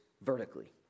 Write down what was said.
vertically